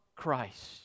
Christ